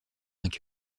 aux